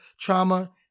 trauma